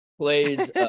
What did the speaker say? Plays